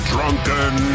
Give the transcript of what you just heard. Drunken